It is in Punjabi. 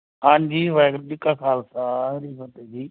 ਹਾਂਜੀ ਵਾਹਿਗੁਰੂ ਜੀ ਕਾ ਖਾਲਸਾ ਜੀ ਫਤਿਹ ਜੀ